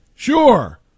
Sure